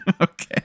Okay